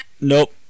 Nope